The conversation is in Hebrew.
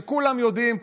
שכולם יודעים,